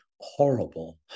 horrible